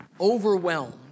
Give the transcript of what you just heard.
Overwhelmed